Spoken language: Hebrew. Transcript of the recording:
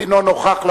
אינו נוכח,